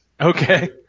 Okay